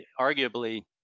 arguably